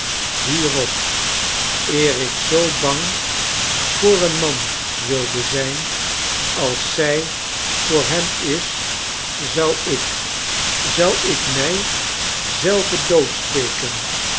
hierop eer ik zoo bang voor een man wilde zijn als zij voor hem is zou ik zou ik mij zelve doodsteken